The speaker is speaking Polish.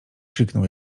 krzyknął